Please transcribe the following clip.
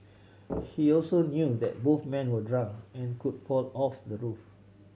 he also knew that both men were drunk and could fall off the roof